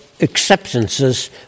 acceptances